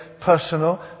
personal